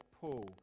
Paul